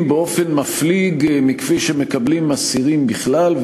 באופן מפליג מאלה שמקבלים אסירים בכלל,